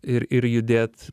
ir ir judėt